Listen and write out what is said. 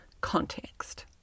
context